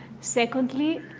Secondly